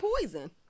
poison